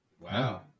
Wow